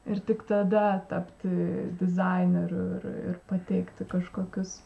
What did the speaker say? ir tik tada tapti dizaineriu ir ir pateikti kažkokius